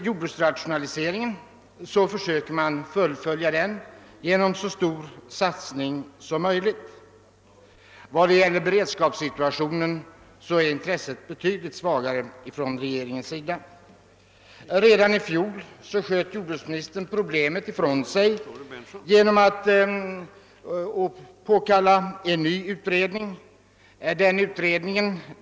Jordbruksrationaliseringen försöker regeringen fullfölja genom så stor satsning som möjligt, men för beredskapssituationen är dess intresse betydligt svagare. Redan i fjol sköt jordbruksministern problemet ifrån sig genom att tillkalla en ny utredning inom jordbruksnämnden.